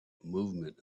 movement